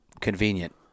Convenient